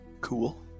Cool